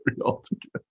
altogether